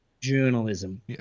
Journalism